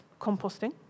composting